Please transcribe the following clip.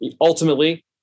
ultimately